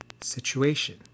situation